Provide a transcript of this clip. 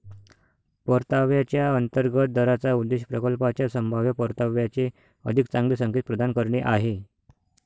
परताव्याच्या अंतर्गत दराचा उद्देश प्रकल्पाच्या संभाव्य परताव्याचे अधिक चांगले संकेत प्रदान करणे आहे